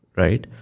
right